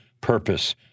purpose